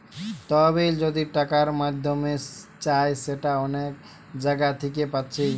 তহবিল যদি টাকার মাধ্যমে চাই সেটা অনেক জাগা থিকে পাচ্ছি